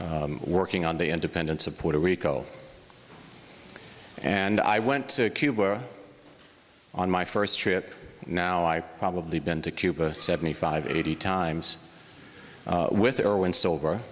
working on the independence of puerto rico and i went to cuba on my first trip now i probably been to cuba seventy five eighty times with or when s